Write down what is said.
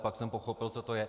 Pak jsem pochopil, co to je.